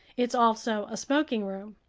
it's also a smoking room.